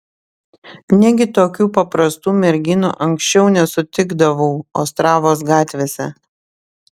negi tokių paprastų merginų anksčiau nesutikdavau ostravos gatvėse